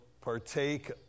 partake